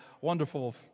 wonderful